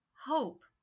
hope